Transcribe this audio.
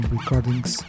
Recordings